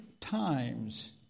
times